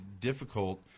difficult